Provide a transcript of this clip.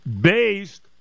based